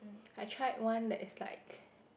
I tried one that is like